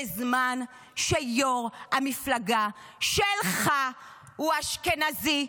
בזמן שיו"ר המפלגה שלך הוא אשכנזי,